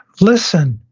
listen.